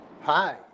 Hi